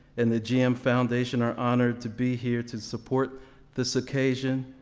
and the g m. foundation are honored to be here to support this occasion.